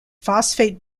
phosphate